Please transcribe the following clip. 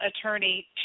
attorney